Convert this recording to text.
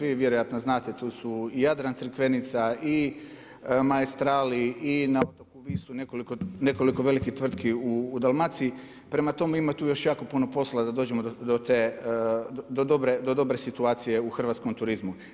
Vi vjerojatno znate, tu su Jadran Crikvenica i Maestral i na otoku Visu nekoliko velikih tvrtki u Dalmaciji, prema tome ima tu još jako puno posla da dođemo do dobre situacije u hrvatskom turizmu.